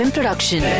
Production